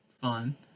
fun